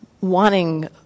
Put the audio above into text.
Wanting